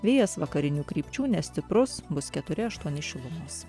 vėjas vakarinių krypčių nestiprus bus keturi aštuoni šilumos